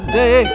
day